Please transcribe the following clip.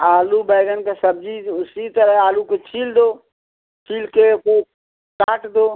आलू बैंगन का सब्जी उसी तरह आलू को छील दो छील के उसको काट दो